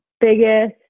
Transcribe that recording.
biggest